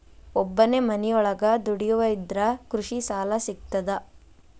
ಒಬ್ಬನೇ ಮನಿಯೊಳಗ ದುಡಿಯುವಾ ಇದ್ರ ಕೃಷಿ ಸಾಲಾ ಸಿಗ್ತದಾ?